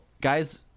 guys